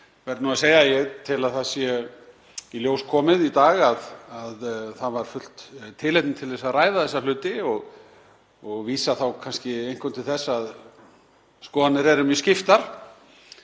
verð að segja að ég tel að það sé í ljós komið í dag að það var fullt tilefni til að ræða þessa hluti. Ég vísa þá kannski einkum til þess að skoðanir eru mjög skiptar.